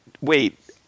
wait